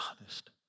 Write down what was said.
honest